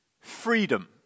Freedom